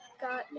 got